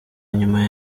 nyuma